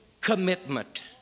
commitment